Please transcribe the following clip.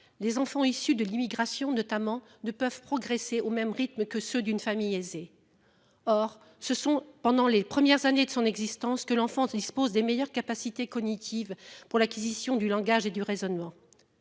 les enfants issus de l'immigration, notamment de peuvent progresser au même rythme que ceux d'une famille aisée. Or ce sont pendant les premières années de son existence que l'enfant dispose des meilleures capacités cognitives pour l'acquisition du langage et du raisonnement.